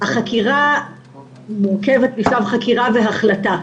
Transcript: החקירה מורכבת משלב חקירה והחלטה,